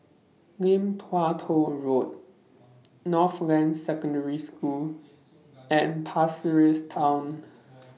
Lim Tua Tow Road Northland Secondary School and Pasir Ris Town